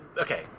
okay